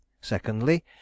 secondly